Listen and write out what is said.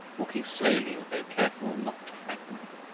walking slowly, as though careful not to frighten them.